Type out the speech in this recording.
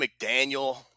McDaniel